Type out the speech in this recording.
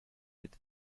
with